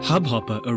Hubhopper